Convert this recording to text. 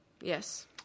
Yes